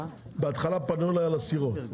בהתחלה פנו אליי על הסירות,